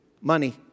Money